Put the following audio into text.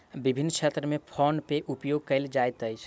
विभिन्न क्षेत्र में फ़ोन पे के उपयोग कयल जाइत अछि